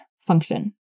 function